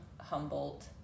Humboldt